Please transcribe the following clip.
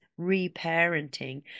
reparenting